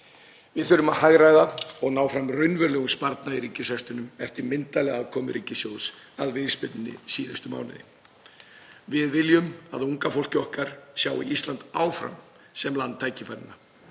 Við þurfum að hagræða og ná fram raunverulegum sparnaði í ríkisrekstrinum eftir myndarlega aðkomu ríkissjóðs að viðspyrnunni síðustu mánuði. Við viljum að unga fólkið okkar sjái Ísland áfram sem land tækifæranna.